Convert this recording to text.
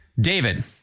David